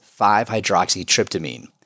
5-hydroxytryptamine